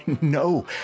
No